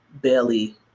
belly